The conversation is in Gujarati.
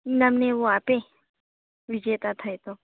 ઈનામ અને એવું આપે વિજેતા થાય તો